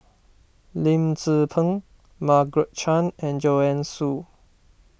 Lim Tze Peng Margaret Chan and Joanne Soo